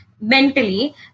mentally